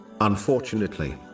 Unfortunately